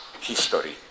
history